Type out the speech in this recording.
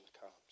comes